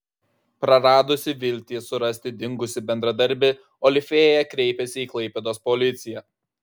praradusi viltį surasti dingusį bendradarbį olifėja kreipėsi į klaipėdos policiją